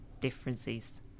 differences